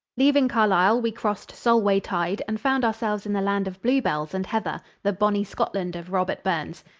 leaving carlisle, we crossed solway tide and found ourselves in the land of bluebells and heather, the bonnie scotland of robert burns.